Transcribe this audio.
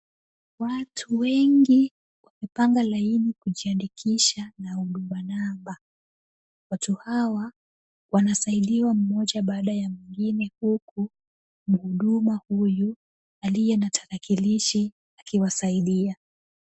Watu wengi wamepanga laini kujiandikisha na Huduma Namba. Watu hawa wanasaidiwa mmoja baada ya mwingine huku mhuduma huyu aliye na tarakilishi akiwasaidia.